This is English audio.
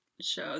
show